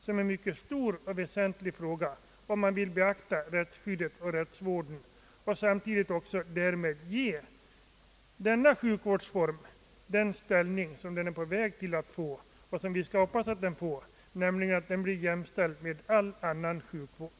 Det är en mycket stor och väsentlig fråga att det tas hänsyn till rättsskyddet och rättsvården. Det är också viktigt att samtidigt därmed ger man denna form av sjukvård den ställning som den är på väg att få och som vi hoppas att den får och som innebär att mentalsjukvården blir jämställd med annan sjukvård.